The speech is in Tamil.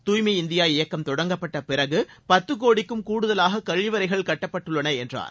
தூய்மை இந்தியா இயக்கம் தொடங்கப்பட்ட பிறகு பத்து கோடிக்கும் கூடுதலாக கழிவறைகள் கட்டப்பட்டுள்ளன என்றார்